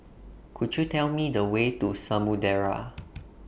Could YOU Tell Me The Way to Samudera